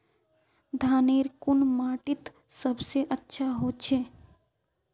धानेर कुन माटित सबसे अच्छा होचे?